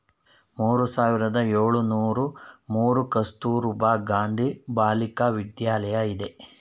ಮೂರು ಸಾವಿರದ ಏಳುನೂರು ಮೂರು ಕಸ್ತೂರಬಾ ಗಾಂಧಿ ಬಾಲಿಕ ವಿದ್ಯಾಲಯ ಇದೆ